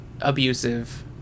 abusive